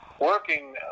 working